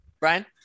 Brian